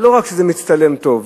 לא רק שזה מצטלם טוב,